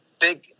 big